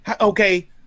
okay